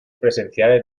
presenciales